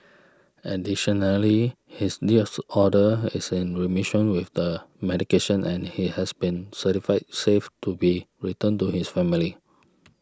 additionally his disorder is in remission with the medication and he has been certified safe to be returned to his family